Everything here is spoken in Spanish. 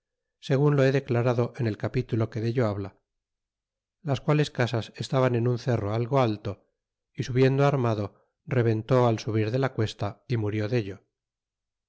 segun lo he declarado en el capitulo que dello habla las quales casas estabaii en un cerro algo alto y subiendo armado rebentó al subir de la cuesta y murió dello